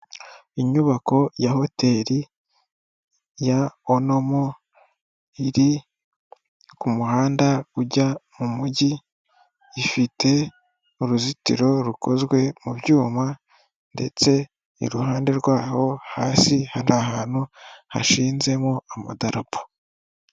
Inyubako ya hoteri ya onomo iri ku muhanda ujya mu mujyi, ifite uruzitiro rukozwe mu byuma, ndetse iruhande rwaho hasi hari ahantutu hashinzemo amadarapo.